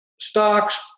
stocks